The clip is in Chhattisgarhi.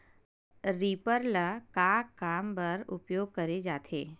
रीपर ल का काम बर उपयोग करे जाथे?